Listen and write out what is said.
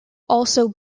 also